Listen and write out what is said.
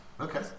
Okay